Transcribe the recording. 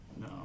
No